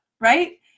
right